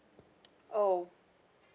oh